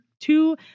two